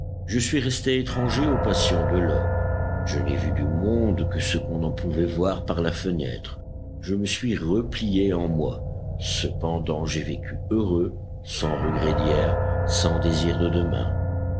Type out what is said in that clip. je suis resté étranger aux passions de l'homme je n'ai vu du monde que ce qu'on en pouvait voir par la fenêtre je me suis replié en moi cependant j'ai vécu heureux sans regret d'hier sans désir de demain